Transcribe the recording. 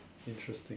interesting